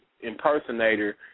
impersonator